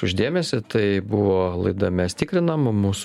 už dėmesį tai buvo laida mes tikrinam mūs